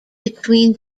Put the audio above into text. between